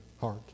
heart